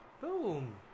boom